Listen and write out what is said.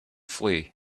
flee